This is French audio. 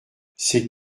c’est